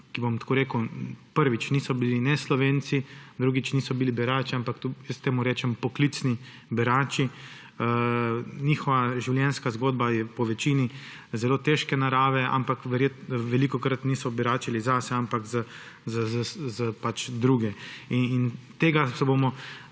bom tako rekel, prvič, niso bili Slovenci, drugič, niso bili berači, ampak jaz temu rečem poklicni berači, njihova življenjska zgodba je povečini zelo težke narave, ampak velikokrat niso beračili zase, ampak za druge. In tega je v